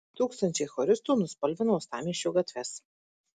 tūkstančiai choristų nuspalvino uostamiesčio gatves